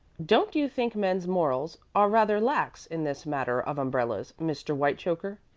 don't you think men's morals are rather lax in this matter of umbrellas, mr. whitechoker?